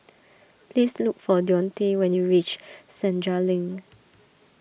please look for Deonte when you reach Senja Link